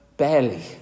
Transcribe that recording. Barely